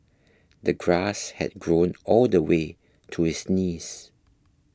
the grass had grown all the way to his knees